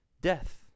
Death